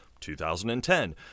2010